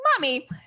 mommy